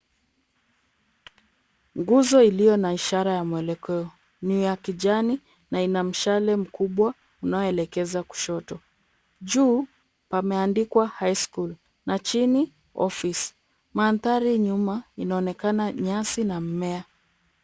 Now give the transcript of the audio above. Nguzo iliyo na ishara ya mwelekeo. Ni ya kijani na ina mshale mkubwa unaoelekeza kushoto. Juu, pameandikwa [high school] na chini [office]. Mandhari nyuma inaonekana nyasi na mimea.